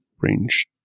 range